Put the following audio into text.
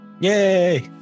Yay